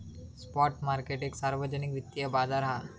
spot market एक सार्वजनिक वित्तिय बाजार हा